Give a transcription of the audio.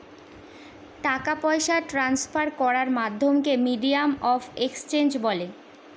টাকা পয়সা ট্রান্সফার করার মাধ্যমকে মিডিয়াম অফ এক্সচেঞ্জ বলে